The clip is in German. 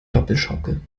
doppelschaukel